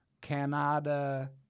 Canada